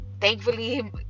thankfully